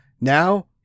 now